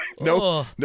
no